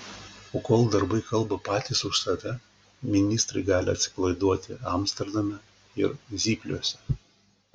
o kol darbai kalba patys už save ministrai gali atsipalaiduoti amsterdame ir zypliuose